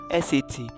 SAT